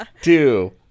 two